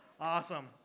Awesome